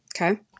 Okay